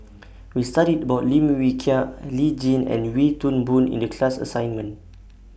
We studied about Lim Wee Kiak Lee Tjin and Wee Toon Boon in The class assignment